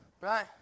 Right